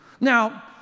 Now